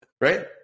Right